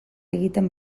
egiten